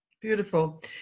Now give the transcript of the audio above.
Beautiful